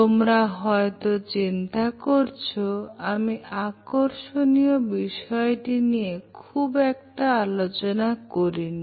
তোমরা হয়তো চিন্তা করেছো আমি আকর্ষণীয় বিষয়টি নিয়ে খুব একটা আলোচনা করিনি